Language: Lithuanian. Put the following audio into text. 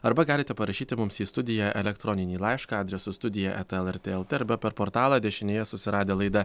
arba galite parašyti mums į studiją elektroninį laišką adresu studija eta lrt lt arba per portalą dešinėje susiradę laidą